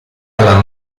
alla